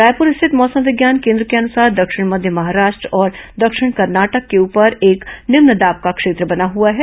रायपुर स्थित मौसम विज्ञान कोन्द्र के अनुसार दक्षिण मध्य महाराष्ट्र और दक्षिण कर्नाटक के ऊपर एक निम्न दाब का क्षेत्र बना हुआ है